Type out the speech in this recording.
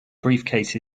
briefcase